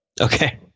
Okay